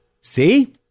See